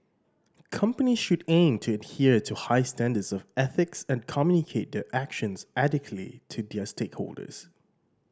companies should aim to adhere to high standards of ethics and communicate their actions adequately to their stakeholders